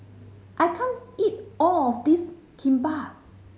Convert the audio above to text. I can't eat all of this Kimbap